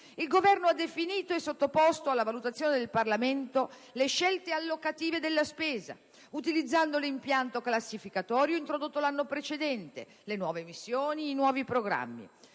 il Governo ha definito e sottoposto alla valutazione del Parlamento le scelte allocative della spesa, utilizzando l'impianto classificatorio introdotto l'anno precedente, le nuove missioni, i nuovi programmi.